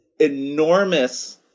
enormous